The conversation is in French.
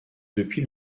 depuis